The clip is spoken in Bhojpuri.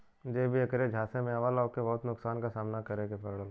जे भी ऐकरे झांसे में आवला ओके बहुत नुकसान क सामना करे के पड़ेला